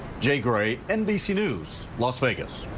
jay gray nbc news, las vegas.